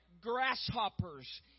grasshoppers